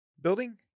building